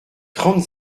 trente